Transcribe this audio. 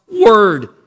word